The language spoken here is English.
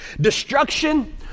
destruction